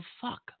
fuck